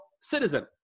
citizen